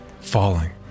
falling